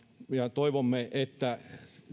toivomme että